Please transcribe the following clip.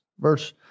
Verse